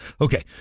Okay